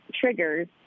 triggers